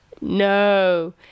no